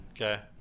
Okay